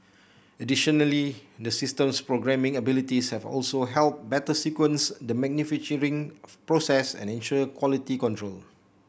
additionally the system's programming abilities have also helped better sequence the manufacturing process and ensure quality control